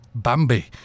Bambi